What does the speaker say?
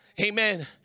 Amen